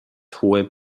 hohem